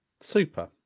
Super